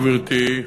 גברתי,